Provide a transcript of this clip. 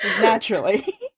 naturally